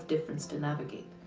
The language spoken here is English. difference to navigate.